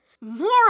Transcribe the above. Moron